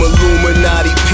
Illuminati